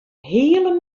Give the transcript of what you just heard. heale